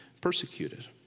persecuted